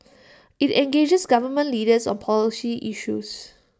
IT engages government leaders on policy issues